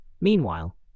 Meanwhile